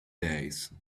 days